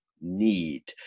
need